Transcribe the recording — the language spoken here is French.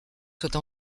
soient